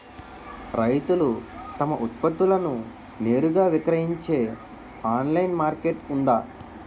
రైతులు తమ ఉత్పత్తులను నేరుగా విక్రయించే ఆన్లైన్ మార్కెట్ ఉందా?